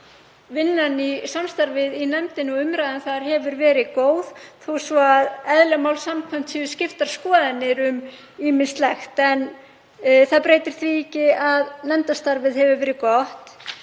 vinnan og samstarfið í nefndinni og umræðan þar hefur verið góð, þó svo að eðli máls samkvæmt séu skiptar skoðanir um ýmislegt. Það breytir því ekki að nefndarstarfið hefur verið gott.